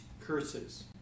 curses